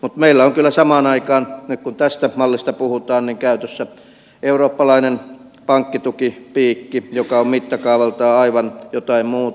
mutta meillä on kyllä samaan aikaan nyt kun tästä mallista puhutaan käytössä eurooppalainen pankkitukipiikki joka on mittakaavaltaan aivan jotain muuta